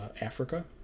africa